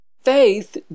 faith